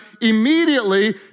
immediately